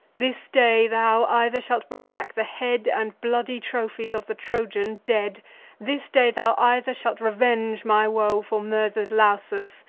this day thou either shalt bring back the head and bloody trophies of the trojan dead this day thou either shalt revenge my woe, for murther'd lausus,